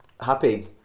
happy